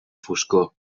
foscor